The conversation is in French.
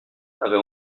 avait